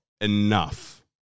enough